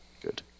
good